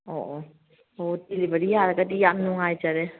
ꯑꯣ ꯑꯣ ꯍꯣ ꯗꯤꯂꯤꯚꯔꯤ ꯌꯥꯔꯒꯗꯤ ꯌꯥꯝ ꯅꯨꯡꯉꯥꯏꯖꯔꯦ